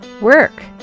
work